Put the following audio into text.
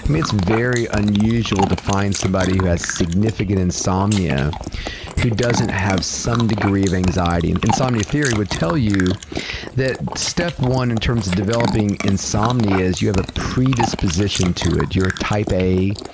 um it's very unusual to find somebody who has significant insomnia who doesn't have some degree of anxiety. and insomnia theory would tell you that step one in terms of developing insomnia is you have a predisposition to it. you're type a,